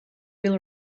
will